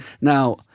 Now